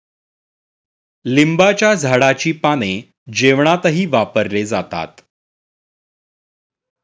लिंबाच्या झाडाची पाने जेवणातही वापरले जातात